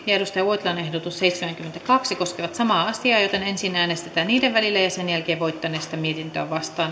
ja maarit feldt rannan ehdotus neljäkymmentäneljä koskevat samaa määrärahaa ensin äänestetään niiden välillä ja sitten voittaneesta mietintöä vastaan